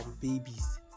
babies